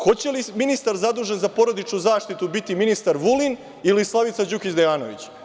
Hoće li ministar zadužen za porodičnu zaštitu biti ministar Vulin ili Slavica Đukić Dejanović?